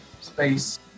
Space